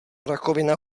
rakovina